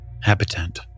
habitant